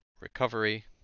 recovery